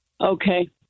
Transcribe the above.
Okay